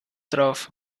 drauf